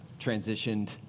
transitioned